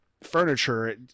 furniture